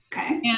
Okay